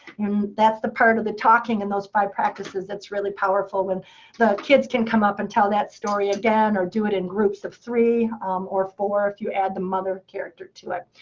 that's the part of the talking in those five practices. it's really powerful when the kids can come up and tell that story again, or do it in groups of three or four if you add the mother character to it.